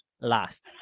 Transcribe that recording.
last